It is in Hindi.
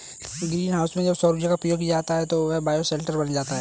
ग्रीन हाउस में जब सौर ऊर्जा का प्रयोग किया जाता है तो वह बायोशेल्टर बन जाता है